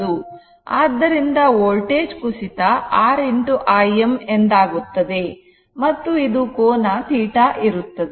ಆದ್ದರಿಂದ ವೋಲ್ಟೇಜ್ ಕುಸಿತ R Im ಎಂದಾಗುತ್ತದೆ ಮತ್ತು ಇದು ಕೋನ θ ಇರುತ್ತದೆ